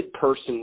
person